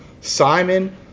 Simon